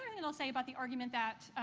i mean i'll say about the argument that